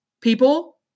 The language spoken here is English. people